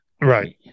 Right